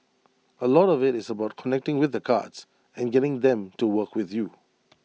A lot of IT is about connecting with the cards and getting them to work with you